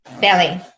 belly